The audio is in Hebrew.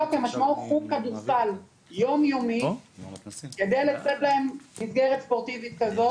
חוג כדורסל יומיומי כדי לתת להם מסגרת ספורטיבית כזאת,